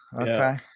Okay